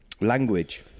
language